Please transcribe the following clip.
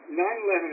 9/11